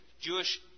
Jewish